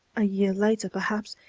a year later, perhaps,